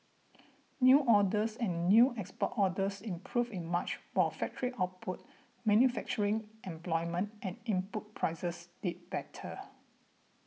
new orders and new export orders improved in March while factory output manufacturing employment and input prices did better